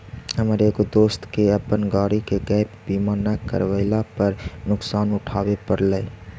हमर एगो दोस्त के अपन गाड़ी के गैप बीमा न करवयला पर नुकसान उठाबे पड़लई